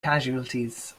casualties